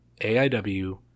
AIW